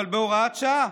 אבל בהוראת שעה,